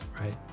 right